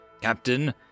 Captain